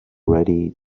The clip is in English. ready